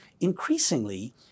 increasingly